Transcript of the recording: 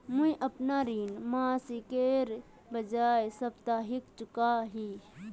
मुईअपना ऋण मासिकेर बजाय साप्ताहिक चुका ही